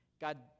God